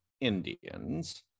Indians